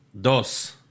Dos